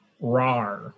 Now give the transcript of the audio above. rar